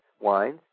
wines